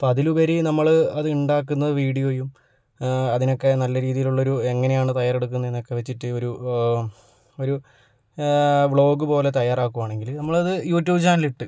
അപ്പം അതിലുപരി നമ്മൾ അതുണ്ടാക്കുന്ന വീഡിയോയും അതിനൊക്കെ നല്ല രീതിയിലുള്ളൊരു എങ്ങനെയാണ് തയ്യാറെടുക്കുന്നതെന്നൊക്കെ വെച്ചിട്ട് ഒരു ഒരു വ്ളോഗ് പോലെ തയ്യാറാക്കുകയാണെങ്കിൽ നമ്മളത് യൂട്യൂബ് ചാനലിലിട്ട്